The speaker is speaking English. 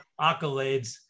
accolades